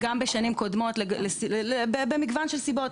-- גם בשנים קודמות, במגוון של סיבות.